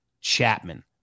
Chapman